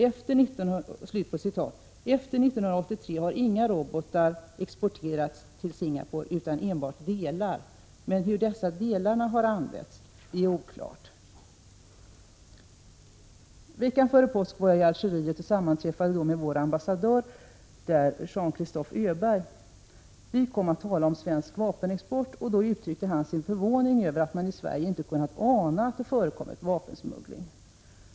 Efter 1983 har inga robotar exporterats till Singapore, utan enbart delar. Men hur dessa delar har använts är oklart. Veckan före påsk var jag i Algeriet och sammanträffade då med vår ambassadör där, Jean-Christophe Öberg. Vi kom att tala om svensk vapenexport. Han uttryckte då sin förvåning över att man i Sverige inte kunnat ana att det förekommit vapensmuggling.